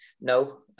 No